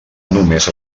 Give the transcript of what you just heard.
només